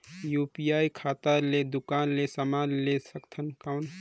UPI खाता ले दुकान ले समान ले सकथन कौन?